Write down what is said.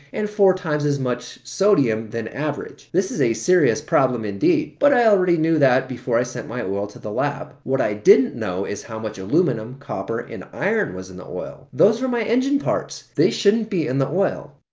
and four times as much sodium than average. this is a serious problem indeed. but i already knew that before i sent my oil to the lab. what i didn't know is how much aluminum, copper and iron was in the oil. those were my engine parts! they shouldn't be in the oil!